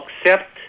accept